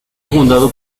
fundado